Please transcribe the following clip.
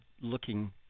looking